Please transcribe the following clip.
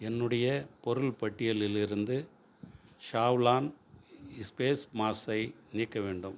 என்னுடைய பொருள் பட்டியலிலிருந்து ஷாவ்லான் இஸ்பேஸ் மாஸ்கை நீக்க வேண்டும்